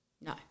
No